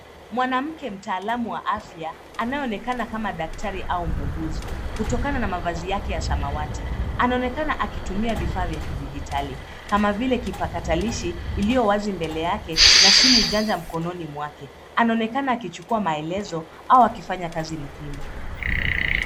Mwanamke mtaalamu wa afya anaye onekana kama daktari au muuguzi kutokana na mavazi yake ya samawati. Anaonekana akitumia vifaa vya kidigitali kama vile kipatakilishi iliyo wazi iliyo mbele yake na simu janja mkononi mwake anaonekana akichukua maelezo au akifanya kazi muhimu.